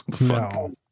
no